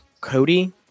Cody